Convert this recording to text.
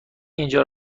اینجا